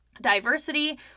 diversity